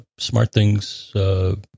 SmartThings